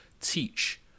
teach